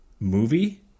Movie